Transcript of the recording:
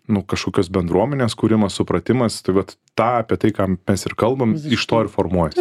nu kažkokios bendruomenės kūrimas supratimas tai vat tą apie tai ką mes ir kalbam iš to ir formuojas